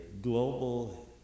global